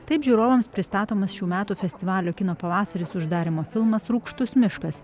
taip žiūrovams pristatomas šių metų festivalio kino pavasaris uždarymo filmas rūgštus miškas